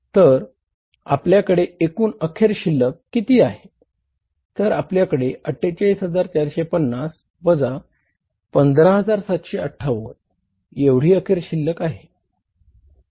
तर आपल्याकडे एकूण अखेर शिल्लक उपलब्ध आहे